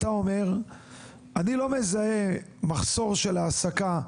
אתה אומר אני לא מזהה מחסור של העסקה.